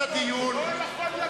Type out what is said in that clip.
לא יכול להיות שיהיו יותר הסכמות